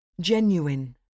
Genuine